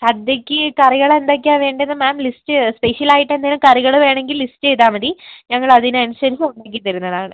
സദ്യക്ക് കറികളെന്തൊക്കെയാണ് വേണ്ടത് എന്ന് മാം ലിസ്റ്റ് സ്പെഷ്യലായിട്ട് എന്തേലും കറികള് വേണമെങ്കിൽ ലിസ്റ്റ് ചെയ്താൽ മതി ഞങ്ങൾ അതിനനുസരിച്ച് ഉണ്ടാക്കി തരുന്നതാണ്